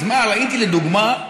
אז מה ראיתי לדוגמה,